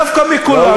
דווקא מכולנו,